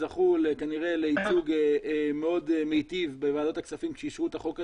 הבנקים זכו כנראה לייצוג מאוד מיטיב בוועדת הכספים שאישרו את החוק הזה.